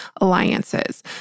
alliances